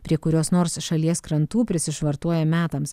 prie kurios nors šalies krantų prisišvartuoja metams